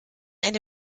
eine